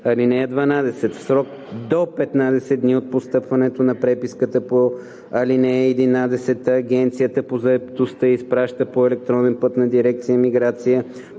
ал. 1. (12) В срок до 15 дни от постъпване на преписка по ал. 11 Агенцията по заетостта изпраща по електронен път на дирекция „Миграция“